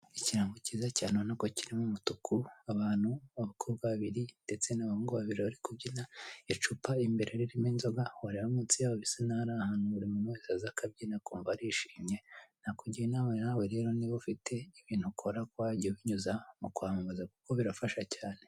ikirango cyiza cyane ubonako kiri m'umutuku abantu babiri ndetse n'abahungu babiri barikubyina icupa ririmbere ririmo inzoga wareba munsi yaho bisa nkaho arahantu buri wese aza akabyina akumva arishimye nakugira inama nawe rero niba ufite ibintu ukora ko wajya ubinyuza mukwamamaza kuko birafasha cyane